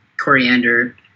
coriander